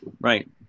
Right